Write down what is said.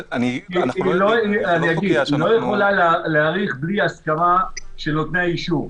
היא לא יכולה להאריך בלי הסדרה של נותני האישור.